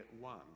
one